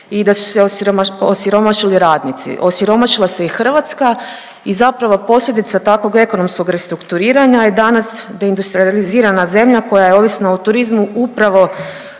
i da su se osiromašili radnici. Osiromašila se i Hrvatska i zapravo posljedica takvog ekonomskog restrukturiranja je danas deindustrijalizirana zemlja koja je ovisna o turizmu upravo